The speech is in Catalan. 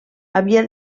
havia